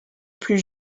plus